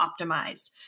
optimized